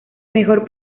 mejor